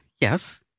Yes